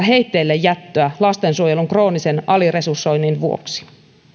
heitteillejättöä lastensuojelun kroonisen aliresursoinnin vuoksi